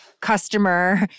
customer